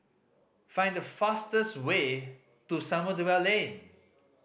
find the fastest way to Samudera Lane